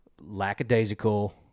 lackadaisical